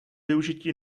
využití